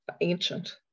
ancient